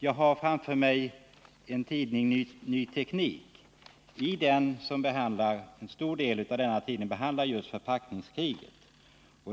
Jag har framför mig ett nummer av tidningen Ny Teknik, och en stor del av det behandlar just förpackningskriget.